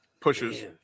pushes